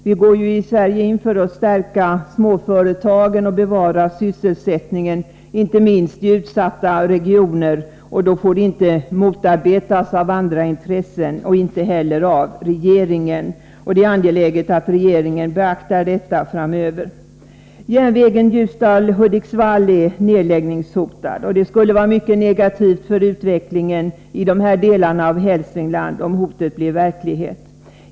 Vi går ju i Sverige in för att stärka småföretagen och bevara sysselsättningen, inte minst i utsatta regioner. Då får det här inte motarbetas av andra intressen, inte heller av regeringen. Det är angeläget att regeringen beaktar detta framöver. Järnvägen Ljusdal-Hudiksvall är nedläggningshotad. Det skulle vara mycket negativt för utvecklingen i de här delarna av Hälsingland, om det blev en nedläggning.